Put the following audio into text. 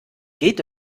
geht